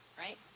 right